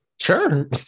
Sure